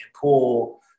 pull